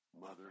mother